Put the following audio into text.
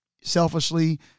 selfishly